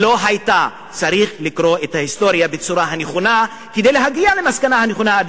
לא היית צריך לקרוא את ההיסטוריה בצורה הנכונה כדי להגיע למסקנה הנכונה,